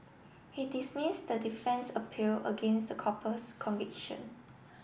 he dismissed the defence appeal against the couple's conviction